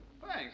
Thanks